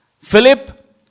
Philip